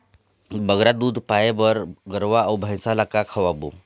बगरा दूध पाए बर गरवा अऊ भैंसा ला का खवाबो?